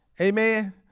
Amen